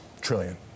trillion